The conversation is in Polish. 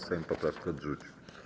Sejm poprawkę odrzucił.